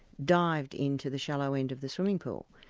dived in to the shallow end of the swimming pool,